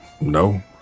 No